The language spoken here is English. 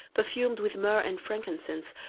perfumed with myrrh and frankincense,